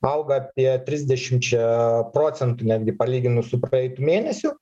auga apie trisdešimčia procentų netgi palyginus su praeitu mėnesiu